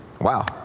Wow